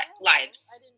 lives